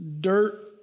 dirt